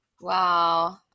Wow